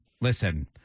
listen